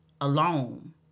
alone